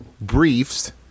briefs